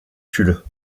tulle